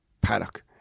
paddock